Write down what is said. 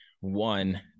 one